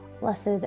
Blessed